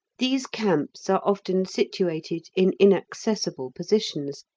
these camps are often situated in inaccessible positions,